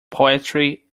poetry